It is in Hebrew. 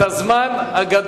אני פה.